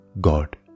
God